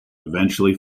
eventually